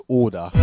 order